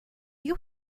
you